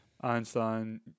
Einstein